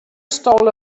stole